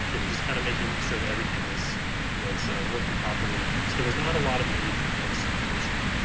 it was just kind of making sure that everything was was working properly, so there was not a lot of need for close supervision.